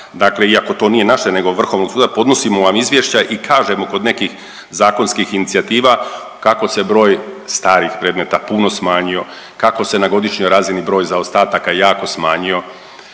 dakle iako to nije naše nego vrhovnog suda podnosimo vam izvješća i kažemo kod nekih zakonskih inicijativa kako se broj starih predmeta puno smanjio, kako se na godišnjoj razini broj zaostataka jako smanjio,